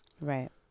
Right